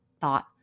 thought